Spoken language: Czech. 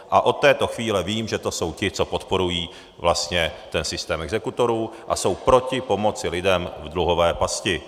A od této chvíle vím, že to jsou ti, co podporují vlastně ten systém exekutorů a jsou proti pomoci lidem v dluhové pasti.